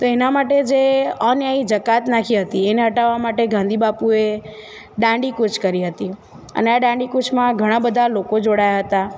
તો એના માટે જે અન્યાયી જકાત નાખી હતી એને હટાવા માટે ગાંધી બાપુએ દાંડીકૂચ કરી હતી અને આ દાંડીકૂચમાં ઘણાં બધાં લોકો જોડાયા હતા